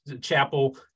chapel